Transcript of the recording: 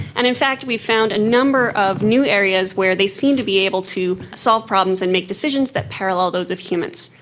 and in fact we found a number of new areas where they seem to be able to solve problems and make decisions that parallel those of humans.